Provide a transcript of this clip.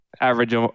average